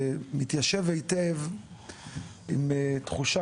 גברתי היושבת-ראש, זה מתיישב היטב עם תחושה